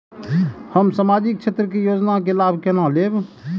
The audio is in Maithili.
हम सामाजिक क्षेत्र के योजना के लाभ केना लेब?